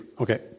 Okay